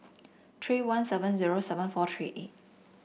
three one seven zero seven four three eight